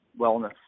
wellness